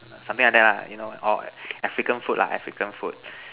something like that lah you know or African food lah African food